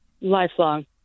Lifelong